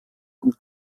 und